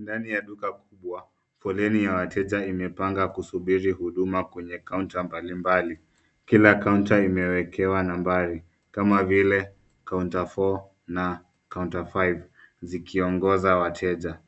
Ndani ya duka kubwa, foleni ya wateja imepanga kusubiri huduma kwenye kaunta mbalimbali. Kila kaunta imewekewa nambari, kama vile kaunta four na kaunta five , zikiongoza wateja.